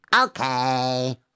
Okay